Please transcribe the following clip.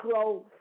clothes